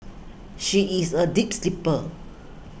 she is a deep sleeper